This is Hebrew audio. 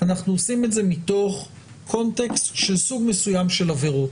אנחנו עושים את זה מתוך קונטקסט של סוג מסוים של עבירות